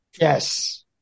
Yes